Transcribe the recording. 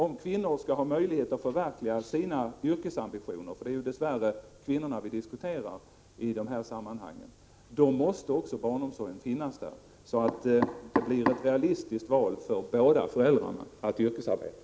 Om kvinnorna skall ha möjlighet att förverkliga sina yrkesambitioner, för det är ju dess värre kvinnorna vi diskuterar i dessa sammanhang, måste också barnomsorgen finnas där, så att det blir ett realistiskt val för båda föräldrarna att yrkesarbeta.